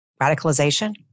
radicalization